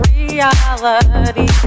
reality